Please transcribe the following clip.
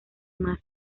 más